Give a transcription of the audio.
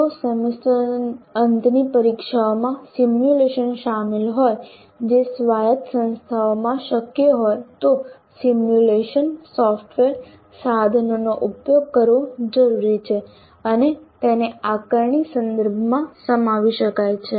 જો સેમેસ્ટર અંતની પરીક્ષાઓમાં સિમ્યુલેશન સામેલ હોય જે સ્વાયત્ત સંસ્થાઓમાં શક્ય હોય તો સિમ્યુલેશન સોફ્ટવેર સાધનોનો ઉપયોગ કરવો જરૂરી છે અને તેને આકારણી સંદર્ભમાં સમાવી શકાય છે